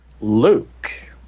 Luke